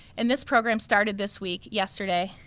and this program started this week, yesterday,